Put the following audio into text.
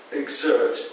exert